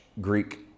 Greek